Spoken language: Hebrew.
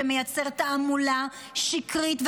שמייצר תעמולה שקרית,